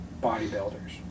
bodybuilders